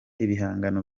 ibihangano